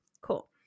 Cool